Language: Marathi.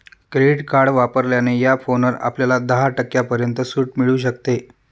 क्रेडिट कार्ड वापरल्याने या फोनवर आपल्याला दहा टक्क्यांपर्यंत सूट मिळू शकते